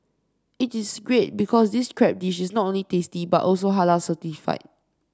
it is great because this crab dish is not only tasty but also Halal certified